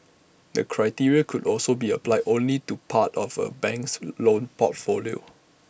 the criteria could also be applied only to parts of A bank's loan portfolio